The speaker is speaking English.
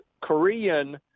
Korean